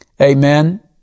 amen